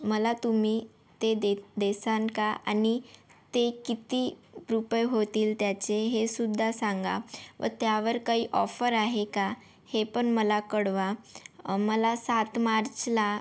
मला तुम्ही ते दे देसान का आणि ते किती रुपये होतील त्याचे हे सुद्धा सांगा व त्यावर काही ऑफर आहे का हे पण मला कळवा मला सात मार्चला